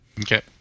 Okay